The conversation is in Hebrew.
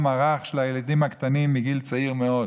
הרך של הילדים הקטנים מגיל צעיר מאוד.